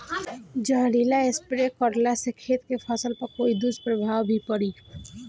जहरीला स्प्रे करला से खेत के फसल पर कोई दुष्प्रभाव भी पड़ी?